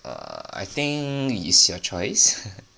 err I think is your choice